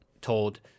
told